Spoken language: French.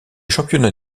championnat